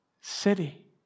city